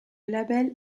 label